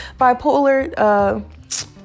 bipolar